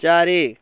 ଚାରି